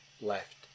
left